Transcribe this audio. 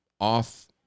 off